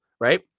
Right